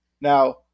Now